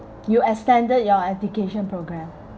you extended your education programme